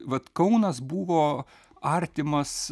vat kaunas buvo artimas